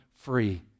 free